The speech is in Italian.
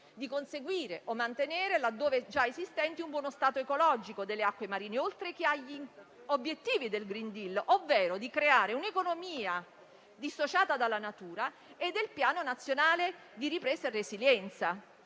di conseguire o mantenere, ove già esistente, un buono stato ecologico delle acque marine, nonché al conseguimento degli obiettivi del *green deal*, ovvero di creare un'economia dissociata dalla natura, e del Piano nazionale di ripresa e resilienza.